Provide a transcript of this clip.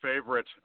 favorite